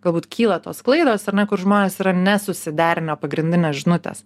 galbūt kyla tos klaidos ar ne kur žmonės yra nesusiderinę pagrindinės žinutės